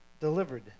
delivered